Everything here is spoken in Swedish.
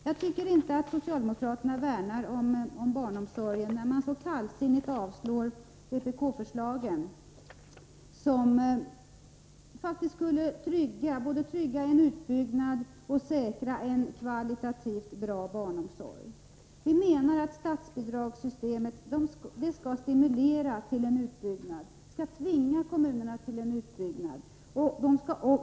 Jag tycker inte att socialdemokraterna värnar om barnomsorgen när de så kallsinnigt avstyrker vpk-förslagen, som faktiskt skulle både trygga en utbyggnad och säkra en kvalitativt bra barnomsorg. Vi menar att statsbidragssystemet skall stimulera till en utbyggnad, tvinga kommunerna till en utbyggnad.